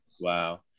Wow